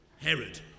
Herod